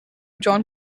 john